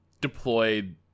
deployed